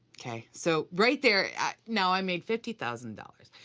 okay? so, right there, now i made fifty thousand dollars.